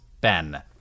ben